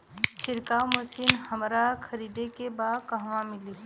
छिरकाव मशिन हमरा खरीदे के बा कहवा मिली?